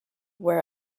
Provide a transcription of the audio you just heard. where